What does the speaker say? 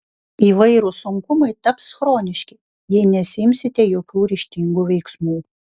įvairūs sunkumai taps chroniški jei nesiimsite jokių ryžtingų veiksmų